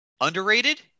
Underrated